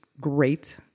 great